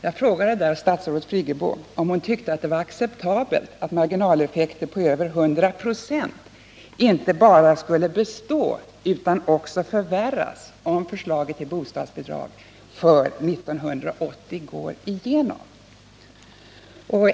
Jag frågade där statsrådet Friggebo om hon tyckte det var ”acceptabelt att marginaleffekter på över 100 ?5 inte bara skulle bestå utan också förvärras”, om förslaget till bostadsbidrag för 1980 går igenom.